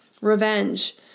Revenge